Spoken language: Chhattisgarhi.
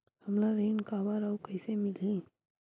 हमला ऋण काबर अउ कइसे मिलही?